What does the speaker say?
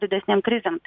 didesnėm krizėm